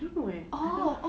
I don't know eh dia